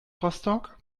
rostock